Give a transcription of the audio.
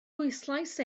bwyslais